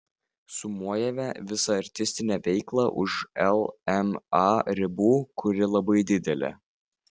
sumuojame visą artistinę veiklą už lma ribų kuri labai didelė